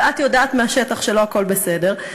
ואת יודעת מהשטח שלא הכול בסדר,